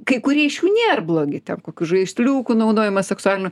kai kurie iš jų nėr blogi ten kokių žaisliukų naudojimas seksualinių